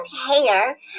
hair